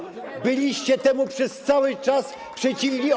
Byliście temu przez cały czas przeciwni.